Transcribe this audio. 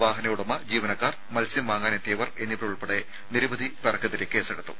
വാഹന ഉടമ ജീവനക്കാർ മത്സ്യം വാങ്ങാനെത്തിയവർ എന്നിവരുൾപ്പെടെ നിരവധി പേർക്കെതിരെ കേസെടുത്തു